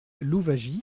louwagie